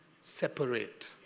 separate